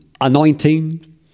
anointing